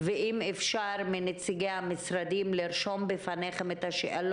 ואחר כך אבקש מנציגי המשרדים להתייחס לשאלות